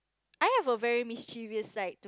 I have a very mischievous side